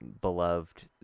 beloved